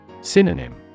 Synonym